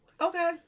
Okay